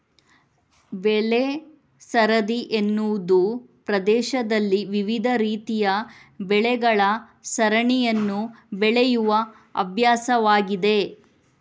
ಬೆಳೆ ಸರದಿ ಎನ್ನುವುದು ಪ್ರದೇಶದಲ್ಲಿ ವಿವಿಧ ರೀತಿಯ ಬೆಳೆಗಳ ಸರಣಿಯನ್ನು ಬೆಳೆಯುವ ಅಭ್ಯಾಸವಾಗಿದೆ